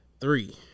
three